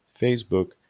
Facebook